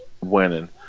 winning